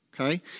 Okay